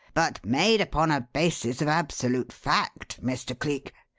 but made upon a basis of absolute fact, mr. cleek.